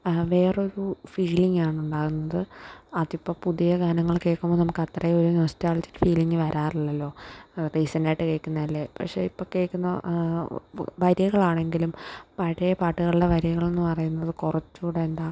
വേറൊരു ഫീലിങ്ങാണുണ്ടാകുന്നത് അതിപ്പം പുതിയ ഗാനങ്ങൾ കേൾക്കുമ്പം നമുക്കത്രയും ഒരു നൊസ്റ്റാൾജിക്ക് ഫീലിങ്ങ് വരാറില്ലല്ലോ റീസെൻറ്റായിട്ട് കേൾക്കുന്നതല്ലേ പക്ഷേ ഇപ്പം കേൾക്കുന്ന വരികളാണെങ്കിലും പഴയ പാട്ടുകളുടെ വരികളെന്ന് പറയുന്നത് കുറച്ചൂടെന്താ